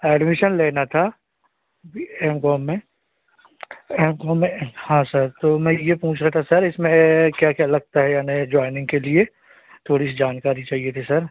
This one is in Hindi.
एडमीशन लेना था एम कॉम में एम कॉम में हाँ सर तो मैं यह पूछ रहा था सर इसमें क्या क्या लगता है यानी ज्वॉइनिंग के लिए थोड़ी सी जानकारी चाहिए थी सर